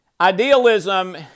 Idealism